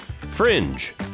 Fringe